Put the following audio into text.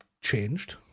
changed